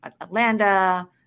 Atlanta